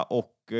och